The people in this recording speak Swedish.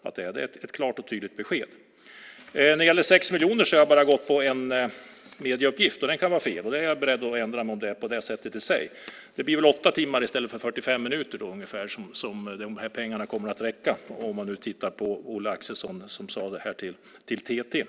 Det är ett klart och tydligt besked. När det gäller 6 miljoner har jag bara använt en medieuppgift, och den kan vara fel. Om det är på det sättet är jag beredd att ändra mig. Det blir väl ungefär åtta timmar i stället för 45 minuter som de här pengarna kommer att räcka, om man nu ska lyssna på Olle Axelson som sade det här till TT.